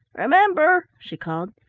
remember, she called,